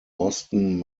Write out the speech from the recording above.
boston